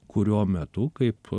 kurio metu kaip